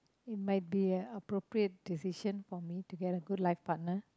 it might be a appropriate decision for me to get a good life partner